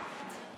אדוני היושב-ראש,